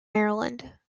maryland